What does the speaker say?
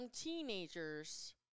teenagers